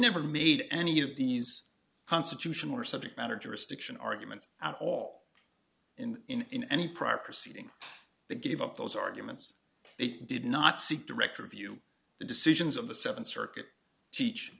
never made any of these constitutional or subject matter jurisdiction arguments at all in in any prior proceeding the give up those arguments it did not seek director view the decisions of the seven circuit teach